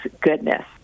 goodness